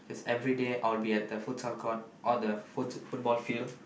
everyday I'll be at the futsal court or the football field